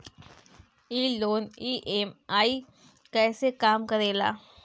ई loan EMI कईसे काम करेला?